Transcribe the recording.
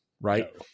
right